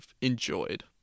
enjoyed